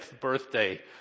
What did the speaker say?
birthday